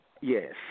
Yes